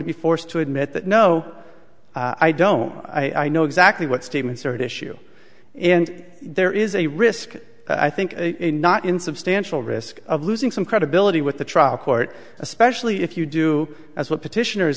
to be forced to admit that no i don't i know exactly what statements are at issue and there is a risk i think in not insubstantial risk of losing some credibility with the trial court especially if you do as well petitioners